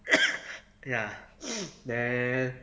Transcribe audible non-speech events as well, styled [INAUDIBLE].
[NOISE] ya then